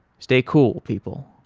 stay cool people.